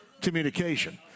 communication